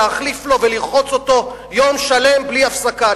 להחליף לו ולרחוץ אותו יום שלם בלי הפסקה.